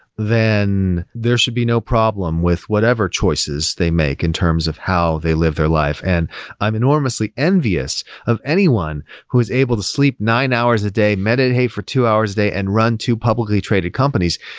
then there should be no problem with whatever choices they make in terms of how they live their life. and i'm enormously envious of anyone who is able to sleep nine hours a day, meditate for two hours day, and run two publicly traded companies.